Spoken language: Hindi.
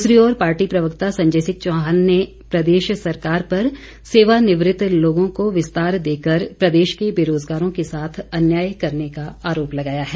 दूसरी ओर पार्टी प्रवक्ता संजय सिंह चौहान ने प्रदेश सरकार पर सेवानिवृत लोगों को विस्तार देकर प्रदेश के बेरोजगारों के साथ अन्याय करने का आरोप लगाया है